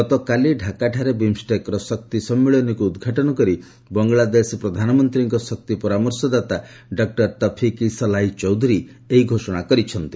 ଗତକାଲି ଢାକାଠାରେ ବିମଷ୍ଟେକର ଶକ୍ତି ସମ୍ମିଳନୀକୁ ଉଦ୍ଘାଟନ କରି ବଙ୍ଗଳାଦେଶ ପ୍ରଧାନମନ୍ତ୍ରୀଙ୍କ ଶକ୍ତି ପରାମର୍ଶଦାତା ଡକ୍ର ତଫିକ ଇ ସଲାହି ଚୌଧୁରୀ ଏହି ଘୋଷଣା କରିଛନ୍ତି